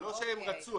זה לא שהם רצו.